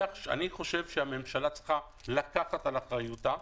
אני חושב שהממשלה צריכה לקחת על אחריותה.